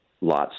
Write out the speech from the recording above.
lots